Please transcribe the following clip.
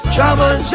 Trouble